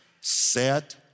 set